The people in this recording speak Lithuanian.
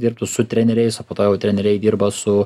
dirbtų su treneriais o po to jau treneriai dirba su